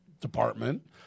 department